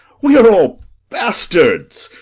we are all bastards,